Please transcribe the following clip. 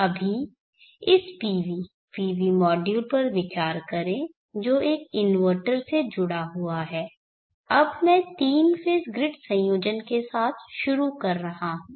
अभी इस PV PV module पर विचार करें जो एक इन्वर्टर से जुड़ा हुआ है अब मैं तीन फेज़ ग्रिड संयोजन के साथ शुरू कर रहा हूं